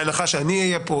בהנחה שאני אהיה כאן,